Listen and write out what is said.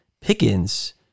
Pickens